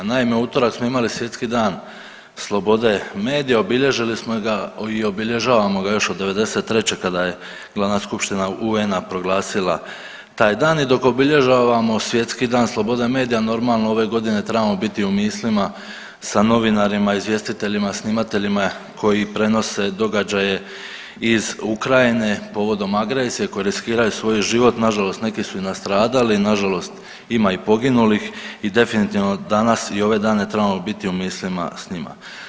Naime, u utorak smo imali Svjetski dan slobode medija, obilježili smo ga i obilježavamo ga još od '93. kada je Glavna skupština UN-a proglasila taj dan i dok obilježavamo Svjetski dan slobode medija normalno ove godine trebamo biti u mislima sa novinarima izvještajima, snimateljima koji prenose događaje iz Ukrajine povodom agresije koji riskiraju svoj život, nažalost neki su i nastradali, nažalost ima i poginulih i definitivno danas i ove dane trebamo biti u mislima s njima.